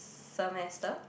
semester